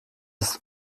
ist